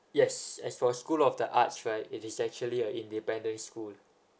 yes as for school of the arts right it is actually an independent school